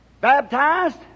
baptized